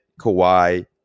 Kawhi